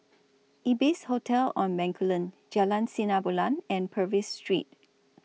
Ibis Hotel on Bencoolen Jalan Sinar Bulan and Purvis Street